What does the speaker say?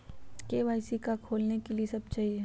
KYC का का खोलने के लिए कि सब चाहिए?